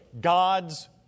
God's